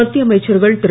மத்திய அமைச்சர்கள் திரு